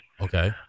okay